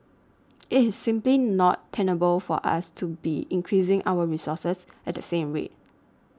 it is simply not tenable for us to be increasing our resources at the same rate